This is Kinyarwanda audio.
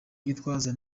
gitwaza